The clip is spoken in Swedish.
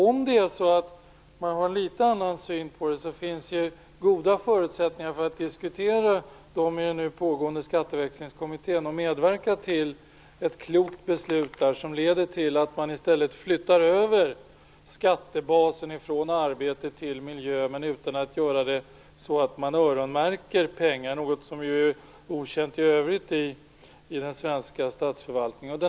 Om man har en litet annan syn på detta, finns det goda förutsättningar till en diskussion i den nu arbetande Skatteväxlingskommittén och att där medverka till ett klokt beslut som leder till att man flyttar över skattebasen från arbete till miljö, dock utan öronmärkning av pengar - något som är okänt i den svenska statsförvaltningen i övrigt.